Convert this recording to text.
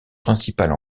principale